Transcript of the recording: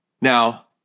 Now